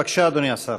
בבקשה, אדוני השר.